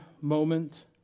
moment